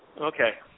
Okay